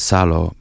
Salo